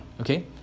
okay